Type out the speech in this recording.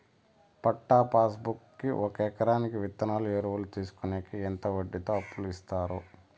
పట్టా passbook కి ఒక ఎకరాకి విత్తనాలు, ఎరువులు తీసుకొనేకి ఎంత వడ్డీతో అప్పు ఇస్తారు?